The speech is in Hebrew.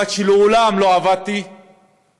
לעומת זה שמעולם לא עבדתי בצפון,